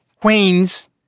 queens